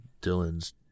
Dylan's